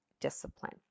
discipline